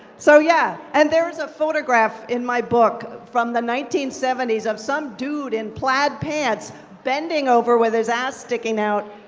so yeah. and there's a photograph in my book, from the nineteen seventy s, of some dude in plaid pants bending over with his ass sticking out,